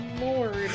lord